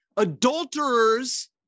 Adulterers